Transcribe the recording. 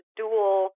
dual